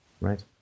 right